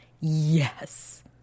Yes